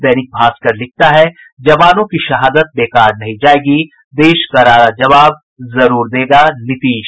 दैनिक भास्कर लिखता है जवानों की शहादत बेकार नहीं जायेगी देश करारा जवाब जरूर देगा नीतीश